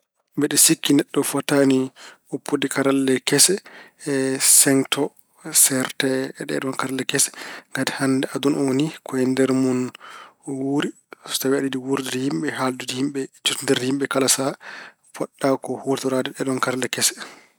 Mbeɗe sikki neɗɗo fotaani woppude karallel kese, ceŋto, seerta e ɗeeɗoon karallel kese. Ngati hannde aduna o ni ko e nder mun wuuri. So tawi aɗa yiɗi wuurdude e yimɓe e haaldude e yimɓe e jotondirde e yimɓe kala sahaa, potɗa ko huutoraade ɗeeɗoon karallel kese.